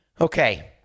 okay